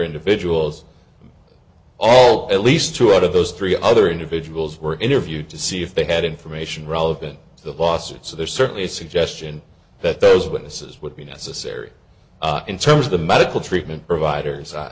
individuals all at least two out of those three other individuals were interviewed to see if they had information relevant to the lawsuit so there's certainly a suggestion that those witnesses would be necessary in terms of the medical treatment providers